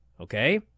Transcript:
okay